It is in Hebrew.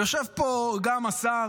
יושב פה גם השר,